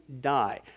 die